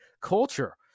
culture